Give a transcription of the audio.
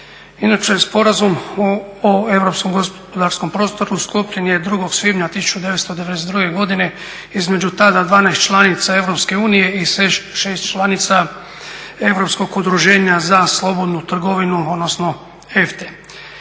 Inače Sporazum o europskom gospodarskom prostoru sklopljen je 2. svibnja 1992. godine, između tada 12 članica Europske unije i šest članica Europskog udruženja za slobodnu trgovinu odnosno EFTA-e.